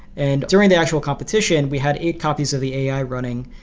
and during the actual competition we had a copies of the ai running,